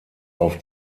auf